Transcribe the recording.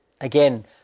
Again